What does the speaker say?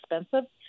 expensive